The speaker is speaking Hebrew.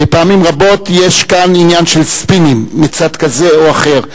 פעמים רבות יש כאן עניין של ספינים מצד כזה או אחר.